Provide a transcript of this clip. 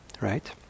right